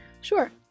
Sure